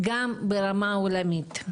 גם ברמה עולמית,